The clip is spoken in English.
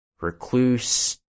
recluse